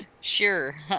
Sure